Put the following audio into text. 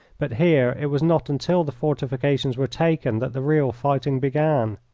but here it was not until the fortifications were taken that the real fighting began.